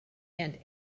and